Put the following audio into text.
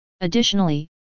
Additionally